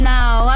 Now